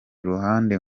ruhande